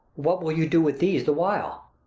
what will you do with these the while?